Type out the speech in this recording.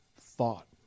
thought